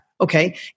Okay